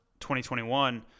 2021